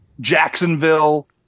Jacksonville